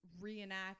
reenact